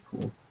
cool